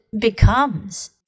becomes